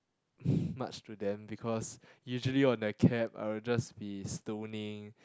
much to them because usually on a cab I will just be stoning